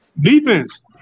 Defense